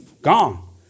gone